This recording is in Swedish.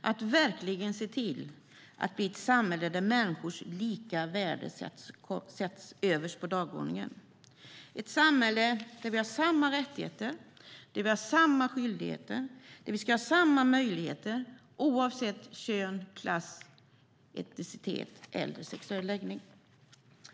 att verkligen se till att det blir ett samhälle där människors lika värde sätts överst på dagordningen - ett samhälle där vi har samma rättigheter och samma skyldigheter och där vi ska ha samma möjligheter oavsett kön, klass, etnicitet eller sexuell läggning.